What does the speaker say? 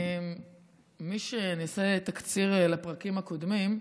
אני אעשה תקציר לפרקים הקודמים.